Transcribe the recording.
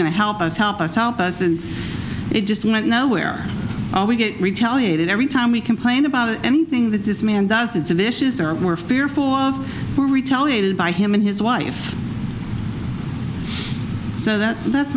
going to help us help us help us and it just went nowhere we get retaliated every time we complain about anything that this man does it's a vicious our we're fearful of retaliated by him and his wife so that's that's